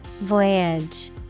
Voyage